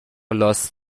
لاس